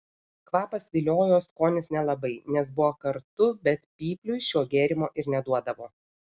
kvapas viliojo skonis nelabai nes buvo kartu bet pypliui šio gėrimo ir neduodavo